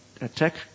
attack